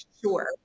sure